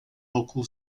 local